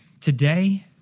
today